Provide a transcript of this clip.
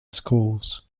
schools